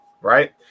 right